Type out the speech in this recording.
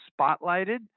spotlighted